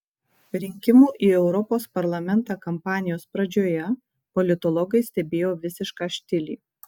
rinkimų į europos parlamentą kampanijos pradžioje politologai stebėjo visišką štilį